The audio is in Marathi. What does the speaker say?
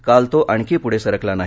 काल तो आणखी पुढे सरकला नाही